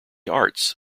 arts